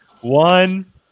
One